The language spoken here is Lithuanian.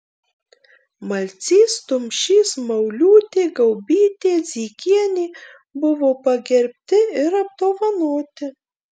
malcys tumšys mauliūtė gaubytė zykienė buvo pagerbti ir apdovanoti